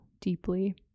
deeply